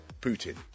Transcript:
Putin